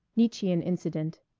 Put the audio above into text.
nietzschean incident